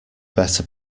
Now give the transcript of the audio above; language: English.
better